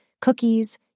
cookies